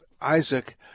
Isaac